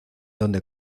donde